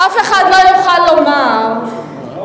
ואף אחד לא יוכל לומר שמדובר,